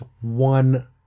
one